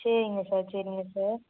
சரிங்க சார் சரிங்க சார்